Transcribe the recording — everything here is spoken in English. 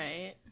Right